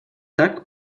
так